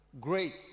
great